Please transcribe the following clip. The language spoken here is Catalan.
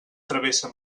travessa